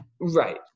Right